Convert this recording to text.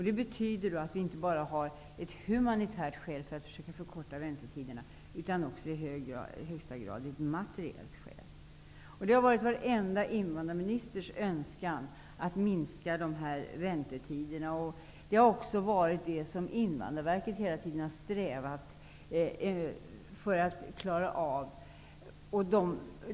Det betyder att vi inte bara har ett humanitärt skäl till att försöka förkorta väntetiderna, utan också i högsta grad ett materiellt skäl. Det har varit varenda invandrarministers önskan att minska väntetiderna. Det har också varit det som Invandrarverket hela tiden har strävat för att klara av.